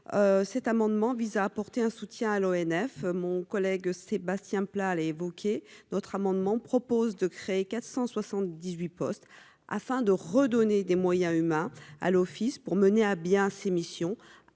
cet amendement vise à apporter un soutien à l'ONF, mon collègue Sébastien Pla l'évoquer d'autres amendements propose de créer 478 postes afin de redonner des moyens humains à l'office pour mener à bien ses missions